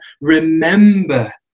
remember